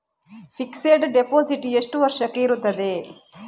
Fixed deposit ಎಷ್ಟು ವರ್ಷಕ್ಕೆ ಇರುತ್ತದೆ?